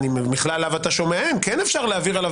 מכלל הלאו אתה שומע הן כן להעביר עליו